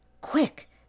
Quick